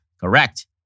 Correct